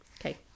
Okay